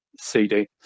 CD